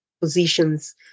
positions